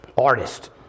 artist